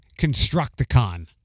Constructicon